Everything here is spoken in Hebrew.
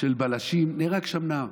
של בלשים נהרג שם נער.